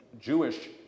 Jewish